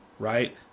Right